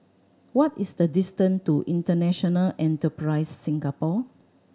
what is the distant to International Enterprise Singapore